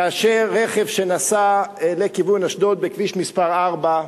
כאשר רכב שנסע לכיוון אשדוד בכביש 4,